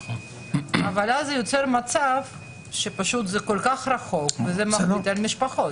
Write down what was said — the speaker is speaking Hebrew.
אבל הם כל כך רחוקים וזה מכביד על המשפחות.